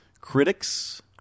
Critics